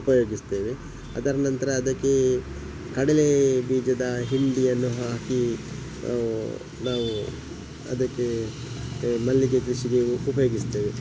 ಉಪಯೋಗಿಸ್ತೇವೆ ಅದರ ನಂತರ ಅದಕ್ಕೆ ಕಡಲೇ ಬೀಜದ ಹಿಂಡಿಯನ್ನು ಹಾಕಿ ನಾವು ಅದಕ್ಕೇ ಮಲ್ಲಿಗೆಗೆ ಉಪಯೋಗಿಸ್ತೇವೆ